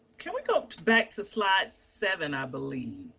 can we go back to slide seven i believe.